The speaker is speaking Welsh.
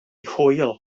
hwyl